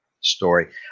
story